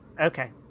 Okay